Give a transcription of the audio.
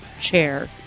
chair